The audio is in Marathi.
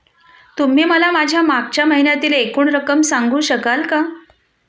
तुम्ही मला माझ्या मागच्या महिन्यातील एकूण रक्कम सांगू शकाल का?